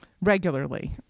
regularly